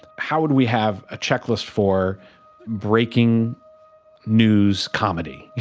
how would we have a checklist for breaking news comedy?